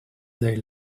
they